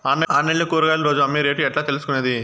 Online లో కూరగాయలు రోజు అమ్మే రేటు ఎట్లా తెలుసుకొనేది?